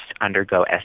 undergo